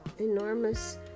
enormous